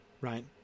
Right